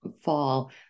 fall